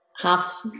half